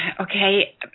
Okay